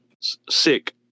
Sick